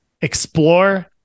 explore